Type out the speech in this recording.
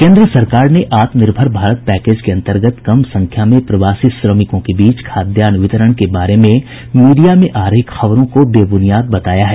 केन्द्र सरकार ने आत्मनिर्भर भारत पैकेज के अंतर्गत कम संख्या में प्रवासी श्रमिकों के बीच खाद्यान्न वितरण के बारे में मीडिया में आ रही खबरों को बेबुनियाद बताया है